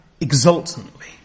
exultantly